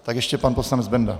Tak ještě pan poslanec Benda.